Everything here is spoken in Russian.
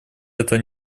этого